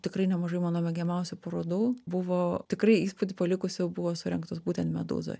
tikrai nemažai mano mėgiamiausių parodų buvo tikrai įspūdį palikusių buvo surengtos būtent medūzoj